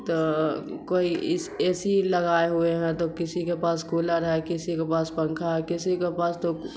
تو کوئی اے سی لگائے ہوئے ہیں تو کسی کے پاس کولر ہے کسی کے پاس پنکھا ہے کسی کے پاس تو